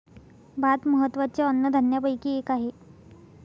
भात महत्त्वाच्या अन्नधान्यापैकी एक आहे